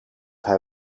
hij